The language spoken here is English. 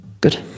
Good